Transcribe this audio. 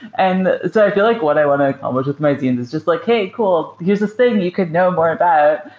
and so i feel like what i want to accomplish with my zines is just like, hey, cool. here's here's this thing you could know more about.